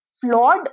flawed